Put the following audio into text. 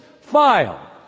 file